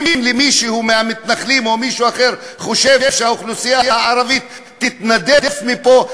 אם מישהו מהמתנחלים או מישהו אחר חושב שהאוכלוסייה הערבית תתנדף מפה,